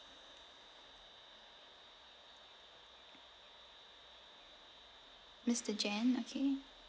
mister jan okay